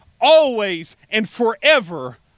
always-and-forever